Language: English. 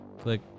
Click